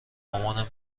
مامانم